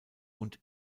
und